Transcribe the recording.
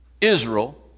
Israel